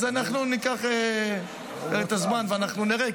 אז אנחנו ניקח את הזמן ואנחנו נראה,